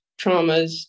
traumas